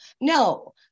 No